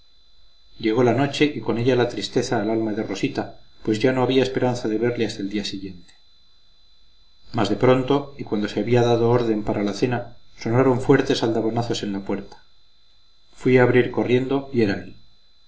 llegó la noche y con ella la tristeza al alma de rosita pues ya no había esperanza de verle hasta el día siguiente mas de pronto y cuando se había dado orden para la cena sonaron fuertes aldabonazos en la puerta fui a abrir corriendo y era